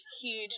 huge